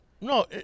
No